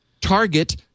Target